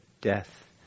death